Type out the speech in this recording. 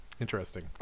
Interesting